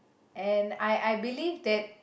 and I I believe that